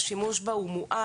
אלא שגם השימוש בה הוא מועט.